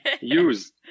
Use